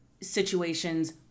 situations